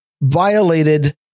violated